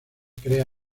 crea